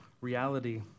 reality